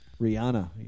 Rihanna